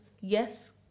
yes